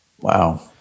Wow